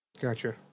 Gotcha